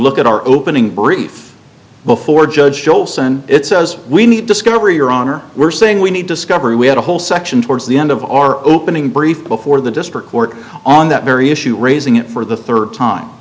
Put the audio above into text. look at our opening brief before judge joelson it says we need discovery your honor we're saying we need discovery we had a whole section towards the end of our opening brief before the district court on that very issue raising it for the third time